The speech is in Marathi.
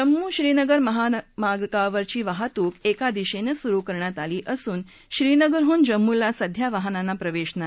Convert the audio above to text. जम्मू श्रीनगर महामार्गावरची वाहतूक एका दिशत्त सुरू करण्यात आली असून श्रीनगरहून जम्मूला सध्या वाहनांना प्रवश्त नाही